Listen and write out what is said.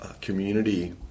community